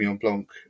blanc